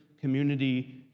community